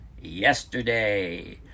yesterday